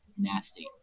nasty